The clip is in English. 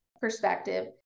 perspective